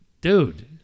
dude